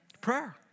Prayer